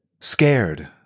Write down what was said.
scared